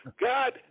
God